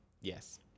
Yes